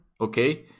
okay